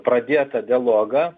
pradėtą dialogą